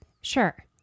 sure